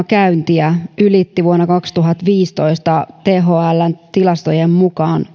käyntiä ylitti vuonna kaksituhattaviisitoista tämän kolmen käyntikerran thln tilastojen mukaan